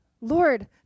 Lord